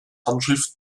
handschrift